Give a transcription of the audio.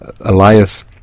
Elias